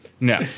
no